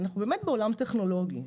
אנחנו באמת בעולם טכנולוגי.